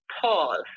pause